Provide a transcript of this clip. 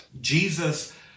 Jesus